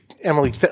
Emily